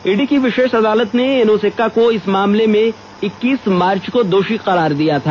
ED की विशेष अदालत ने एनोस एक्का को इस मामले में इक्कीस मार्च को दोषी करार दिया था